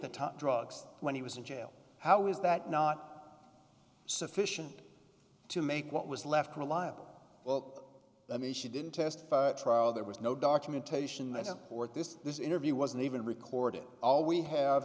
time drugs when he was in jail how is that not sufficient to make what was left a reliable well i mean she didn't test trial there was no documentation that support this this interview wasn't even recorded all we have